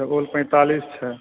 अच्छा ओल पैंतालीस छै